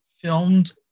filmed